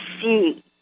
see